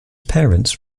parents